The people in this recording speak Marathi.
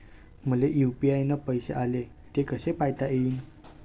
मले यू.पी.आय न पैसे आले, ते कसे पायता येईन?